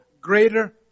greater